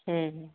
ହୁଁ ହୁଁ